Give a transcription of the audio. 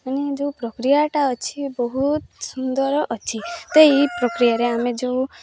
ମାନେ ଯେଉଁ ପ୍ରକ୍ରିୟାଟା ଅଛି ବହୁତ ସୁନ୍ଦର ଅଛି ତ ଏଇ ପ୍ରକ୍ରିୟାରେ ଆମେ ଯେଉଁ